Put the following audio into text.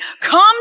Come